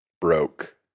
broke